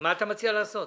מה אתה מציע לעשות?